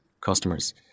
customers